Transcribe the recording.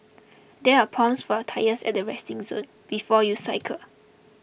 there are pumps for your tyres at the resting zone before you cycle